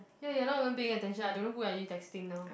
ya you are not even paying attention I don't know who are you texting now